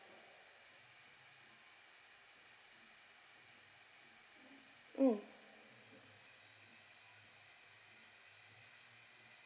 mm